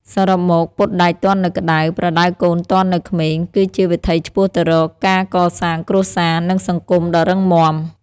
សរុបមក «ពត់ដែកទាន់នៅក្ដៅ ប្រដៅកូនទាន់នៅក្មេង» គឺជាវិថីឆ្ពោះទៅរកការកសាងគ្រួសារ និងសង្គមដ៏រឹងមាំ។